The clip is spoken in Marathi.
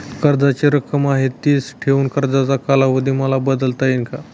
कर्जाची रक्कम आहे तिच ठेवून कर्जाचा कालावधी मला बदलता येईल का?